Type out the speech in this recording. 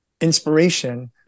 inspiration